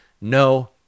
No